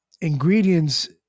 ingredients